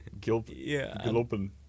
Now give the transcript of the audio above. Gilpin